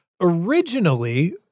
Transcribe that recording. Originally